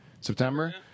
September